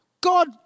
God